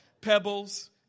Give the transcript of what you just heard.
Pebbles